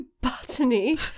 botany